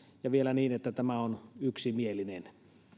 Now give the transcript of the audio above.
ja vielä niin että tämä on yksimielinen